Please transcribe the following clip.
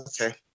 Okay